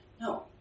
No